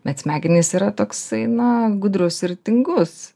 bet smegenys yra toksai na gudrus ir tingus